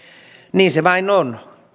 niin se vain on